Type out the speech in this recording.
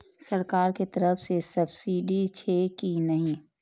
सरकार के तरफ से सब्सीडी छै कि नहिं?